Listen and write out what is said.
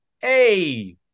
Hey